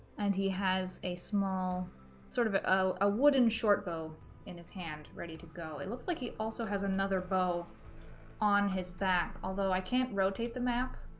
and he has a small sort of ah a wooden shortbow in his hand, ready to go. it looks like he also has another bow on his back, although i can't rotate the map,